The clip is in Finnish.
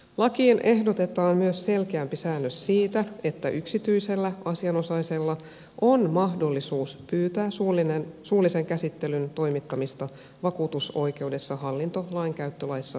lakiin ehdotetaan myös selkeämpi säännös siitä että yksityisellä asianosaisella on mahdollisuus pyytää suullisen käsittelyn toimittamista vakuutusoi keudessa hallintolainkäyttölaissa säädetyllä tavalla